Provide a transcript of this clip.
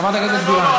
חברת הכנסת בירן.